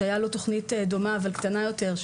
שהייתה לו תוכנית דומה אבל קטנה יותר,